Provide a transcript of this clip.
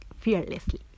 fearlessly